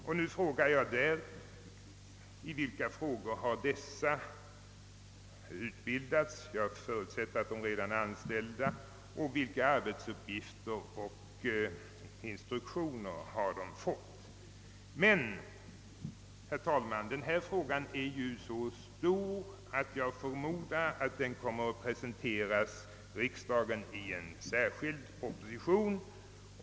Jag frågar: I vilka frågor har vederbörande utbildats och — jag förutsätter att personalen redan är anställd — vilka arbetsuppgifter och instruktioner har den fått? Frågan om riksplanering är emellertid så vittomfattande att jag förmodar att den kommer att presenteras för riksdagen i en särskild proposition.